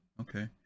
Okay